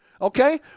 okay